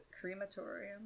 Crematorium